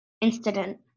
incident